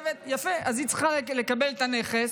יפה, אז היא צריכה לקבל את הנכס,